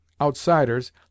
outsiders